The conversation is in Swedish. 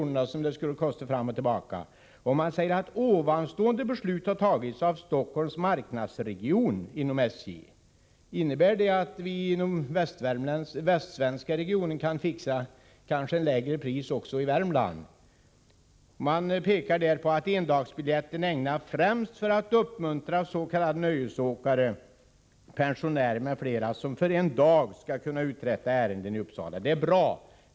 som det annars skulle kosta fram och tillbaka. Det beslutet har tagits av Stockholms marknadsregion inom SJ. Innebär det att vi inom den västsvenska regionen kan ordna lägre pris också i Värmland? Det påpekas att endagsbiljetten är ägnad främst att uppmuntra s.k. nöjesåkare — pensionärer m.fl. — som för en dag skall kunna uträtta ärenden i Uppsala. Det är bra!